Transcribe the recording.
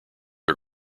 are